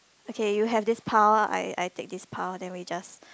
okay you have this power I I I take this power then we just